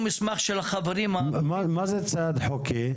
מה זה צייד חוקי?